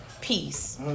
peace